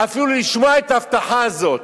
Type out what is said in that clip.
אפילו לשמוע את ההבטחה הזאת.